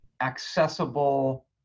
accessible